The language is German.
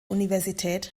universität